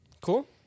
cool